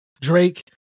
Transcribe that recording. Drake